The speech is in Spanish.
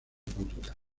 pública